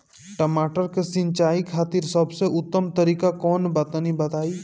टमाटर के सिंचाई खातिर सबसे उत्तम तरीका कौंन बा तनि बताई?